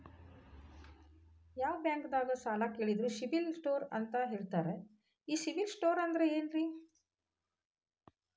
ಯಾವ ಬ್ಯಾಂಕ್ ದಾಗ ಸಾಲ ಕೇಳಿದರು ಸಿಬಿಲ್ ಸ್ಕೋರ್ ಎಷ್ಟು ಅಂತ ಕೇಳತಾರ, ಈ ಸಿಬಿಲ್ ಸ್ಕೋರ್ ಅಂದ್ರೆ ಏನ್ರಿ?